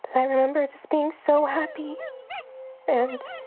i remember just being so happy and